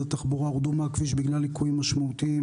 התחבורה הורדו מהכביש בגלל ליקויים משמעותיים,